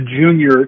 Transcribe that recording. junior